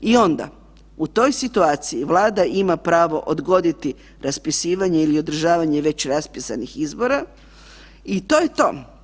I onda u toj situaciji Vlada ima pravo odgoditi raspisivanje ili održavanje već raspisanih izbora, i to je to.